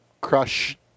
Crush